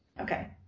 Okay